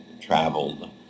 traveled